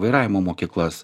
vairavimo mokyklas